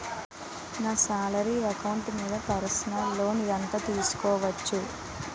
నా salary account మీద personal loan ఎంత తీసుకోవచ్చు?